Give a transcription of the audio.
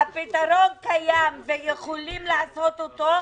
הפתרון קיים ויכולים לעשות אותו.